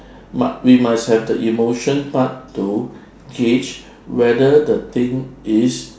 mus~ we must have the emotion part to gauge whether the thing is